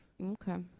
Okay